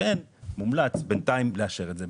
לכן מומלץ בינתיים לאשר את זה,